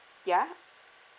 yeah